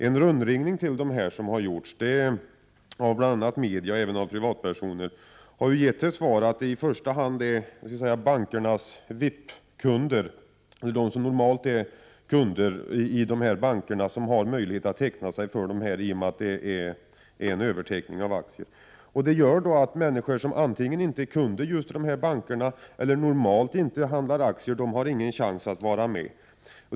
En rundringning till dem, som har gjorts av bl.a. media och privatpersoner, har gett besked om att det i första hand är bankernas VIP-kunder, de som normalt är kunder i dessa banker, som har möjlighet att teckna aktierna, i och med att det är en överteckning av aktier. Detta gör att människor som antingen inte är kunder i just dessa banker eller normalt inte handlar med aktier inte har någon chans att vara med.